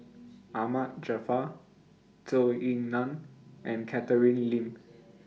Ahmad Jaafar Zhou Ying NAN and Catherine Lim